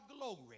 glory